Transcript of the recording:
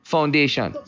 Foundation